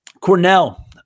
Cornell